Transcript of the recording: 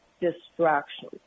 distraction